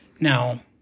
Now